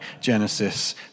Genesis